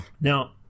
Now